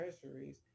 treasuries